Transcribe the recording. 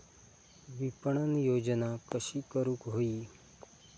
विपणन योजना कशी करुक होई?